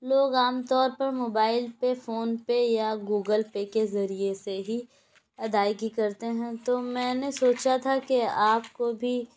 لوگ عام طور پر موبائل پے فون پے یا گوگل پے کے ذریعے سے ہی ادائیگی کرتے ہیں تو میں نے سوچا تھا کہ آپ کو بھی